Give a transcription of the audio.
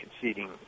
conceding